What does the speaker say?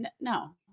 No